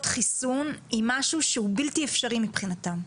חיסון זה משהו שהוא בלתי אפשרי מבחינתם,